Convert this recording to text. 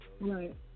Right